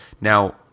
Now